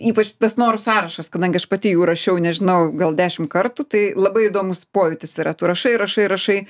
ypač tas norų sąrašas kadangi aš pati jų rašiau nežinau gal dešim kartų tai labai įdomus pojūtis yra tu rašai rašai rašai